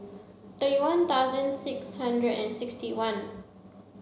thirty one thousand six hundred and sixty one